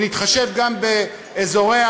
ונתחשב גם באזורי